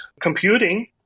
computing